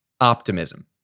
optimism